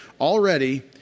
already